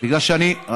בגלל שאני,